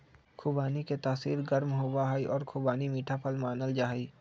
खुबानी के तासीर गर्म होबा हई और खुबानी मीठा फल मानल जाहई